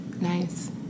nice